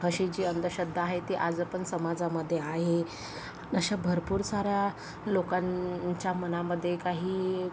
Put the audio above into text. अशी जी अंधश्रद्धा आहे ती आजपण समाजामध्ये आहे अशा भरपूर साऱ्या लोकांच्या मनामध्ये काही